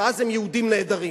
ואז הם יהודים נהדרים.